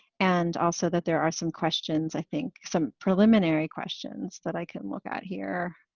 and also that there are some questions, i think, some preliminary questions that i can look at here.